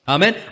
Amen